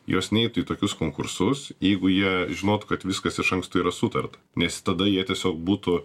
jos neitų į tokius konkursus jeigu jie žinotų kad viskas iš anksto yra sutarta nes tada jie tiesiog būtų